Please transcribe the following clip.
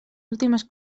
últimes